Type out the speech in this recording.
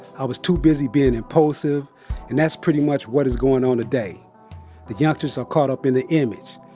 i was too busy being impulsive and that's pretty much what is going on today. the youngsters are caught up in the image.